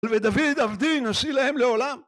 ודוד עבדי נשיא להם לעולם